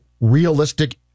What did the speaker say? realistic